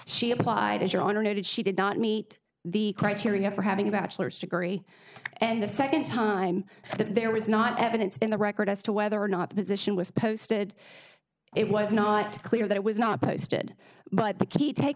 she applied as your honor noted she did not meet the criteria for having about lawyers degree and the second time that there was not evidence in the record as to whether or not the position was posted it was not clear that it was not posted but the key take